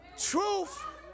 truth